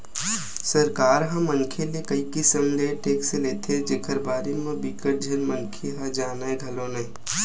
सरकार ह मनखे ले कई किसम ले टेक्स लेथे जेखर बारे म बिकट झन मनखे ह जानय घलो नइ